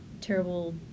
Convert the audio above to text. terrible